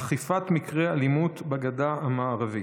אכיפת מקרי אלימות בגדה המערבית.